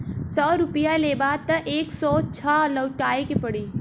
सौ रुपइया लेबा त एक सौ छह लउटाए के पड़ी